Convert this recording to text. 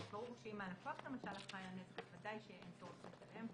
ברור שאם הלקוח אחראי לנזק, ודאי שאין צורך לשלם.